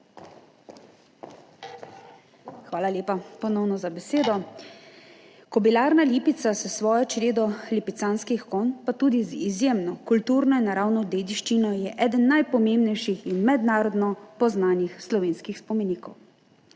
Hvala lepa, ponovno, za besedo. Kobilarna Lipica je s svojo čredo lipicanskih konj, pa tudi z izjemno kulturno in naravno dediščino, eden najpomembnejših in mednarodno poznanih slovenskih spomenikov.